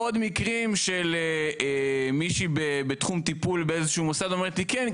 עוד מקרים של מישהי בתחום טיפול באיזשהו מוסד אומרת לי כן,